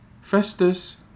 Festus